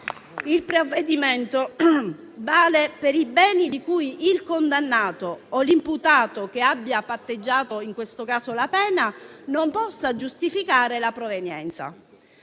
Il provvedimento vale per i beni di cui il condannato o l'imputato, che abbia patteggiato in questo caso la pena, non possa giustificare la provenienza,